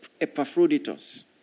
Epaphroditus